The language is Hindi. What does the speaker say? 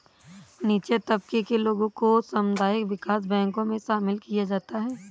नीचे तबके के लोगों को सामुदायिक विकास बैंकों मे शामिल किया जाता है